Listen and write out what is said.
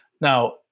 Now